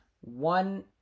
one